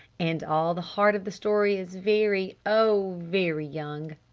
and all the heart of the story is very oh very young!